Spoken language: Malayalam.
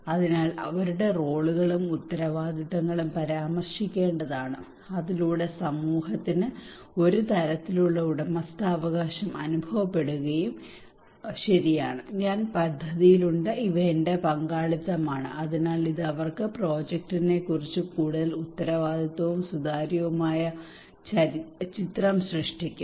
അതിനാൽ അവരുടെ റോളുകളും ഉത്തരവാദിത്തങ്ങളും പരാമർശിക്കേണ്ടതാണ് അതിലൂടെ സമൂഹത്തിന് ഒരു തരത്തിലുള്ള ഉടമസ്ഥാവകാശം അനുഭവപ്പെടുകയും ശരിയാണ് ഞാൻ പദ്ധതിയിലുണ്ട് ഇവ എന്റെ പങ്കാളിത്തമാണ് അതിനാൽ ഇത് അവർക്ക് പ്രോജക്റ്റിനെക്കുറിച്ച് കൂടുതൽ ഉത്തരവാദിത്തവും സുതാര്യവുമായ ചിത്രം സൃഷ്ടിക്കും